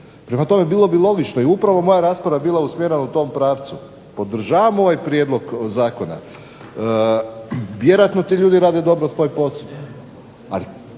Prema tome, bilo bi logično i upravo moja rasprava je bila usmjerena u tom pravcu. Podržavam ovaj prijedlog zakona, vjerojatno ti ljudi rade dobro svoj posao, ali